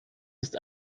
ist